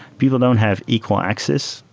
people don't have equal access.